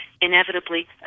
inevitably